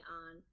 on